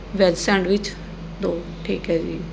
veg sandwich ਦੋ ਠੀਕ ਹੈ ਜੀ